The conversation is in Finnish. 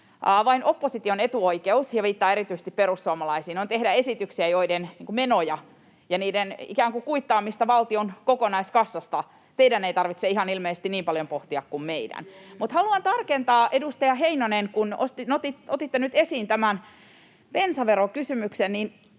vain opposition etuoikeus — ja viittaan erityisesti perussuomalaisiin — on tehdä esityksiä, joiden menoja ja ikään kuin kuittaamista valtion kokonaiskassasta teidän ei tarvitse ilmeisesti ihan niin paljon pohtia kuin meidän. [Toimi Kankaanniemen välihuuto] Haluan tarkentaa, edustaja Heinonen, kun otitte nyt esiin tämän bensaverokysymyksen. Kysyn